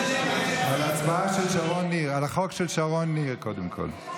החוק של שרון ניר, קודם כול.